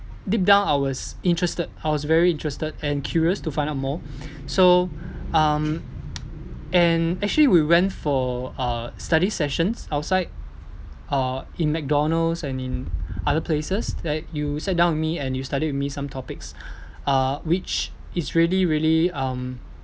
deep down I was interested I was very interested and curious to find out more so um and actually we went for uh study sessions outside uh in mcdonalds and in other places that you sat down with me and you studied with me some topics uh which it's really really um